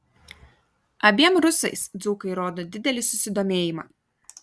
abiem rusais dzūkai rodo didelį susidomėjimą